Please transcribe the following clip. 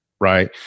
Right